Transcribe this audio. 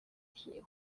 晶体